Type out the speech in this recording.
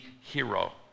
hero